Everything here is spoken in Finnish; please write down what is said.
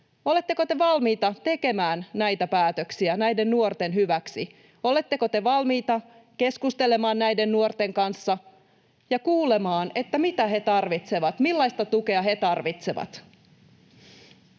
Oletteko te valmiita tekemään näitä päätöksiä näiden nuorten hyväksi? Oletteko te valmiita keskustelemaan näiden nuorten kanssa ja kuulemaan, mitä he tarvitsevat, millaista tukea he tarvitsevat?